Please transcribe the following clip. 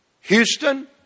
Houston